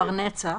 כבר נצח.